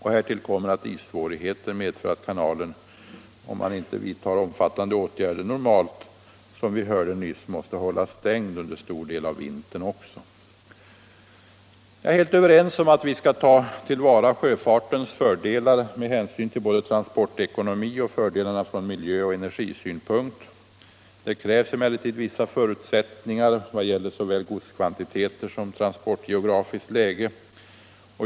Härtill kommer att issvårigheter medför att kanalen - om man inte vidtar omfattande åtgärder — normalt också, som vi hört nyss, måste hållas stängd under stor del av vintern. Jag är helt överens med herr Jansson om att vi skall ta till vara sjöfartens fördelar med hänsyn både till transportekonomi och fördelarna från miljöoch energisynpunkt etc. Det krävs emellertid vissa förutsättningar vad gäller såväl godskvantiteter som transportgeografiskt läge.